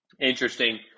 interesting